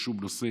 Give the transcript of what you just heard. בשום נושא